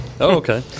okay